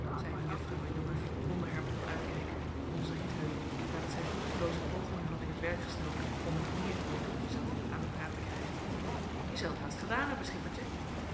een juffrouw in de roef onder haar bril uitkijkende tot onzen rietheuvel nadat zij vruchtelooze pogingen had in t werk gesteld om een heer die in t hoekje zat aan den praat te krijgen je zelt haast gedaan hebben schippertje